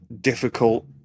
difficult